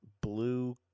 blue